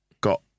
got